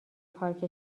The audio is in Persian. پارک